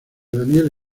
daniel